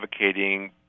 advocating